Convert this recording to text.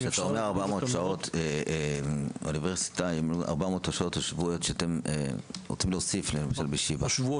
-- כשאתה אומר 400 שעות שבועיות שאתם רוצים להוסיף ל"שיבא"